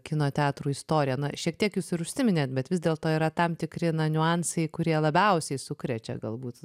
kino teatrų istoriją na šiek tiek jūs ir užsiminėt bet vis dėlto yra tam tikri niuansai kurie labiausiai sukrečia galbūt